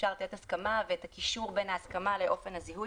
אפשר לתת הסכמה ואת הקישור בין ההסכמה לאופן הזיהוי,